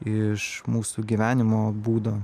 iš mūsų gyvenimo būdo